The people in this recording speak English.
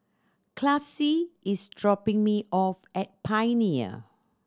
Classie is dropping me off at Pioneer